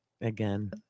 again